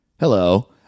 Hello